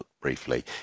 briefly